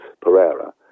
Pereira